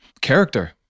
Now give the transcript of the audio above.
character